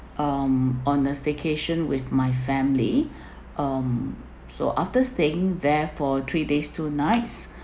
um on a staycation with my family um so after staying there for three days two nights